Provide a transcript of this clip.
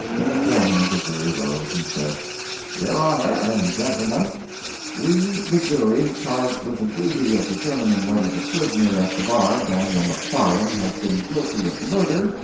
and the foreman of the jury rose and said your honor and gentleman we, the jury charged with the duty of determining whether the prisoner at the bar, daniel mcfarland, has been guilty of murder,